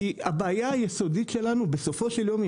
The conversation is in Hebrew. כי הבעיה היסודית שלנו בסופו של יום,